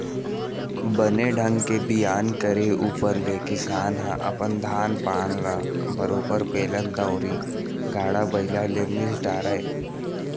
बने ढंग के बियान करे ऊपर ले किसान ह अपन धान पान ल बरोबर बेलन दउंरी, गाड़ा बइला ले मिस डारय